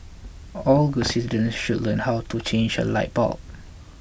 all good citizens should learn how to change a light bulb